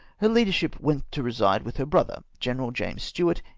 her ladyship went to reside with her brother, general james stuart,